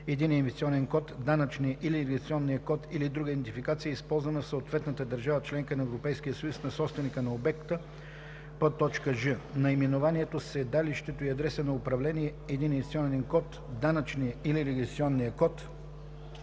идентификационен код, данъчния или регистрационния код или друга идентификация, използвана в съответната държава – членка на Европейския съюз, на собственика на обекта; ж) наименованието, седалището и адреса на управление, единния идентификационен код, данъчния или регистрационния код